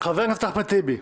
אחמד טיבי,